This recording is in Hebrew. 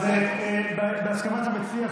אז בהסכמת המציע,